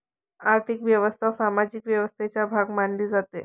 आर्थिक व्यवस्था सामाजिक व्यवस्थेचा भाग मानली जाते